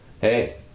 hey